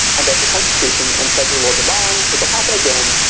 and as the constitution, and federal law demand it will happen again,